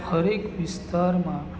હરેક વિસ્તારમાં